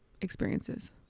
experiences